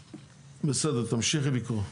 בסדר, תמשיכי לקרוא.